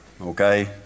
Okay